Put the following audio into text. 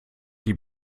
die